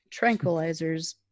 tranquilizers